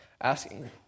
asking